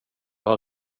har